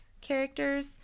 characters